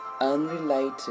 unrelated